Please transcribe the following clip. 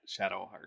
Shadowheart